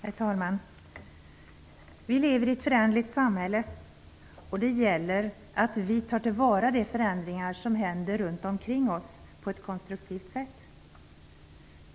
Herr talman! Vi lever i ett föränderligt samhälle, och det gäller att vi tar till vara de förändringar som händer runt omkring oss på ett konstruktivt sätt.